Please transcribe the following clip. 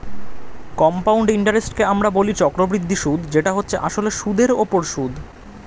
compound ইন্টারেস্টকে আমরা বলি চক্রবৃদ্ধি সুদ যেটা হচ্ছে আসলে সুদের উপর সুদ